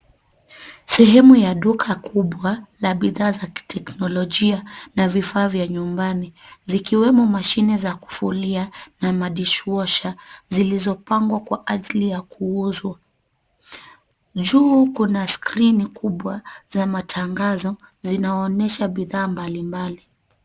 Sehemu ya duka kubwa la bidhaa za kiteknolojia na vifaa vya nyumbani zikiwemo mashine za kufulia na madish washer zilizopangwa kwa ajili ya kuuzwa juu kuna skrini kubwa za matangazo zinaonyesha bidhaa mbalimbali.